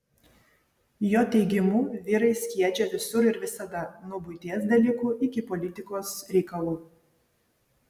jo teigimu vyrai skiedžia visur ir visada nuo buities dalykų iki politikos reikalų